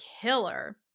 killer